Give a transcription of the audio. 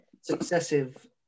Successive